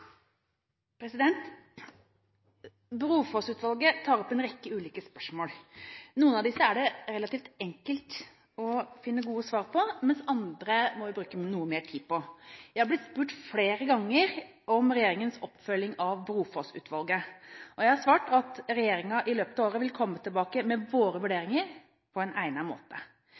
parter. Brofoss-utvalget tar opp en rekke ulike spørsmål. Noen av disse er det relativt enkelt å finne gode svar på, mens andre må vi bruke noe mer tid på. Jeg har blitt spurt flere ganger om regjeringens oppfølging av Brofoss-utvalget, og jeg har svart at regjeringen i løpet av året vil komme tilbake med sine vurderinger på en egnet måte.